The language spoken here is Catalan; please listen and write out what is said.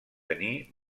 tenir